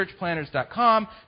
churchplanners.com